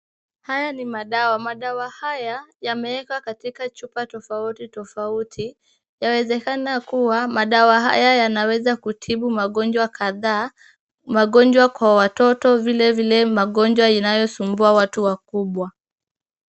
Haya ni madawa, madawa haya yameekwa katika chupa tofauti tofauti yawezekana kuwa madawa haya yanaweza kutibu magonjwa kadhaa, magonjwa kwa watoto vile vile magonjwa inayosumbua watu wakubwa.